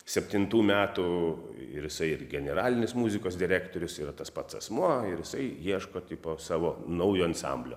septintų metų ir jisai ir generalinis muzikos direktorius yra tas pats asmuo ir jisai ieško tipo savo naujo ansamblio